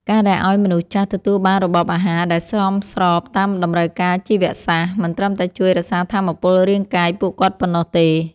ការដែលឱ្យមនុស្សចាស់ទទួលបានរបបអាហារដែលសមស្របតាមតម្រូវការជីវសាស្ត្រ មិនត្រឹមតែជួយរក្សាថាមពលរាងកាយពួកគាត់ប៉ុណ្ណោះទេ។